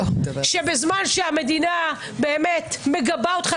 שבזמן שהמדינה מגבה אותך,